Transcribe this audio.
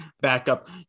backup